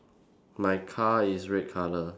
my car is red colour